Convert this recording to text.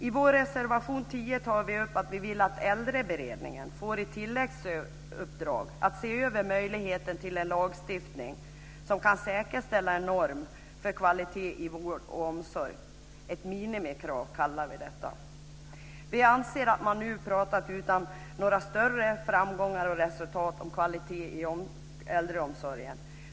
I vår reservation 10 tar vi upp att vi vill att Äldreberedningen får i tilläggsuppdrag att se över möjligheten till en lagstiftning som kan säkerställa en norm för kvalitet i vård och omsorg. Ett minimikrav kallar vi detta. Vi anser att man pratat utan några större framgångar och resultat om kvalitet i äldreomsorgen.